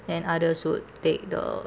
and others would take the